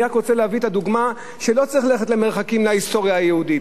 אני רק רוצה להביא את הדוגמה שלא צריך ללכת למרחקים להיסטוריה היהודית,